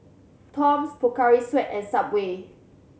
Toms Pocari Sweat and Subway